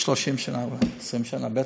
30 שנה, 20 שנה בטח.